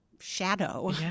shadow